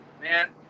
Man